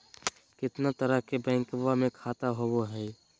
कितना तरह के बैंकवा में खाता होव हई?